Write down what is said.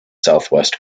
southwest